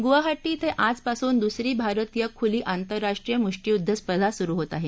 गुवाहाटी कें आजपासून दुसरी भारतीय खुली आंतरराष्ट्रीय मुष्टियुद्ध स्पर्धा सुरु होत आहे